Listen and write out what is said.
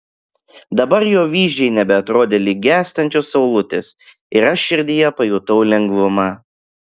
dabar jo vyzdžiai nebeatrodė lyg gęstančios saulutės ir aš širdyje pajutau lengvumą